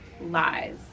lies